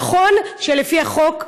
נכון שלפי החוק,